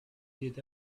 did